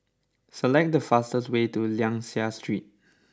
select the fastest way to Liang Seah Street